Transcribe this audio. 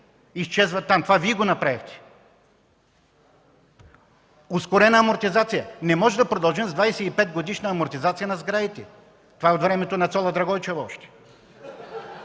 изчезва. Това Вие го направихте. Ускорена амортизация – не можем да продължим с 25-годишна амортизация на сградите, това е от времето на Цола Драгойчева още.